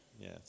Yes